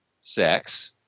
sex